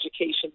education